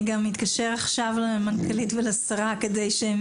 אני גם אתקשר עכשיו למנכ"לית ולשרה כדי שהן